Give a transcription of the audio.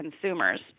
consumers